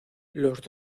los